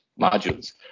modules